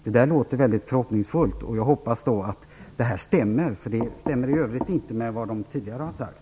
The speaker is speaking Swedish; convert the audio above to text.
Det låter väldigt förhoppningsfullt. Jag hoppas att det stämmer, för det stämmer i övrigt inte med vad man tidigare har sagt.